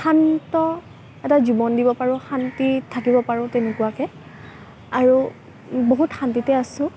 শান্ত এটা জীৱন দিব পাৰোঁ শান্তিত থাকিব পাৰোঁ তেনেকুৱাকৈ আৰু বহুত শান্তিতেই আছোঁ